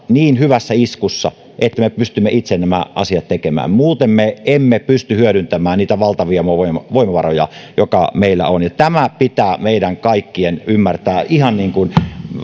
niin hyvässä iskussa että me pystymme itse nämä asiat tekemään muuten me emme pysty hyödyntämään niitä valtavia voimavaroja jotka meillä on ja tämä pitää meidän kaikkien ymmärtää ihan niin kuin